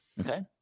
okay